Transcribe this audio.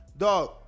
Dog